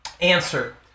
answer